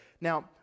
Now